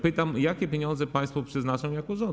Pytam, jakie pieniądze państwo przeznaczą jako rząd.